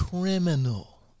Criminal